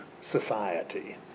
society